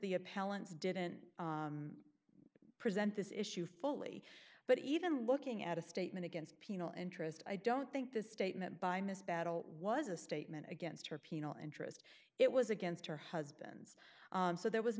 appellant's didn't present this issue fully but even looking at a statement against penal interest i don't think the statement by miss battle was a statement against her penal interest it was against her husband's so there was